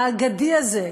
האגדי הזה,